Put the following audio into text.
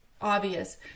obvious